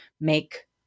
make